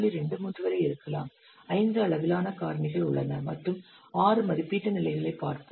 23 வரை இருக்கலாம் ஐந்து அளவிலான காரணிகள் உள்ளன மற்றும் ஆறு மதிப்பீட்டு நிலைகளைப் பார்ப்போம்